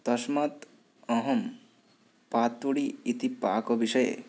तस्मात् अहं पातोडि इति पाकविषये